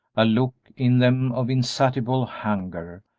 a look in them of insatiable hunger,